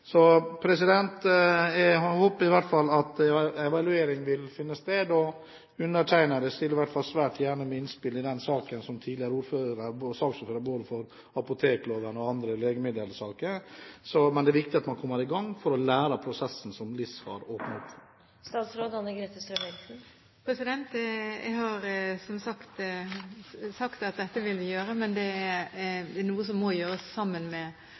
Jeg håper i hvert fall at evaluering vil finne sted. Undertegnede stiller i hvert fall svært gjerne med innspill i den saken, som tidligere ordfører både for apotekloven og andre legemiddelsaker. Men det er viktig at man kommer i gang, slik at man lærer av prosessen som LIS har åpnet opp for. Jeg har sagt at dette vil vi gjøre, men det er noe som må gjøres sammen med